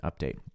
update